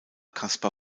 kasper